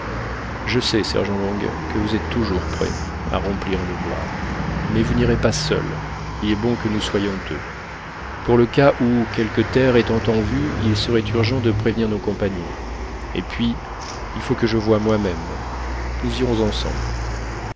je sais sergent long que vous êtes toujours prêt à remplir un devoir mais vous n'irez pas seul il est bon que nous soyons deux pour le cas où quelque terre étant en vue il serait urgent de prévenir nos compagnons et puis il faut que je voie moimême nous irons ensemble